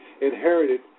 inherited